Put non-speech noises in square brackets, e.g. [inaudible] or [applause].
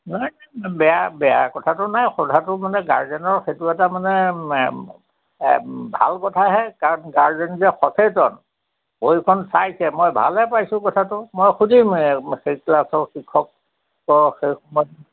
নাই নাই নাই বেয়া বেয়া কথাটো নাই সোধাটো মানে গাৰ্জেন্টৰ সেইটো এটা মানে [unintelligible] ভাল কথাহে কাৰণ গাৰ্জেন্ট যে সচেতন বহীখন চাইছে মই ভালহে পাইছোঁ কথাটো মই সুধিম [unintelligible] সেইটো আচল শিক্ষক [unintelligible]